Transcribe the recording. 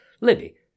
Libby